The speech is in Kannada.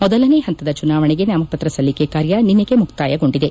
ಮೊದಲನೇ ಪಂತದ ಚುನಾವಣೆಗೆ ನಾಮಪತ್ರ ಸಲ್ಲಿಕೆ ಕಾರ್ಯ ನಿನ್ನೆಗೆ ಮುತ್ತಾಯಗೊಂಡಿದೆ